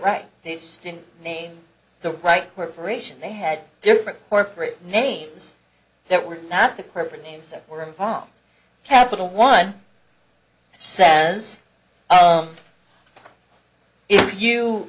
right they didn't name the right corporation they had different corporate names that were not the corporate names that were involved capital one says if you